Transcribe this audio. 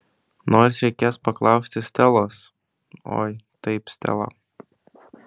nors reikės paklausti stelos oi taip stela